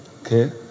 Okay